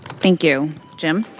thank you. jim?